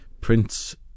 Prince